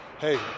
hey